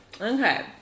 Okay